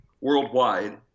worldwide